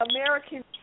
American